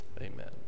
Amen